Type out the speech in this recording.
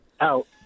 out